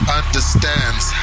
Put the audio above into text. understands